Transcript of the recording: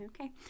Okay